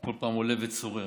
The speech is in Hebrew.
הוא כל פעם עולה וצורח.